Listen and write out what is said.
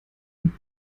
und